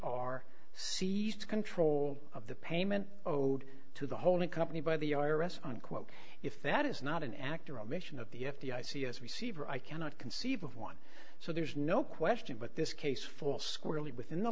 are seized control of the payment owed to the holding company by the i r s unquote if that is not an actor omission of the f b i c s receiver i cannot conceive of one so there's no question but this case for squarely within the